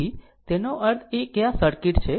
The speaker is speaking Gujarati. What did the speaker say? તેથી એનો અર્થ એ કે આ સર્કિટ છે